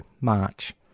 march